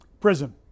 Prison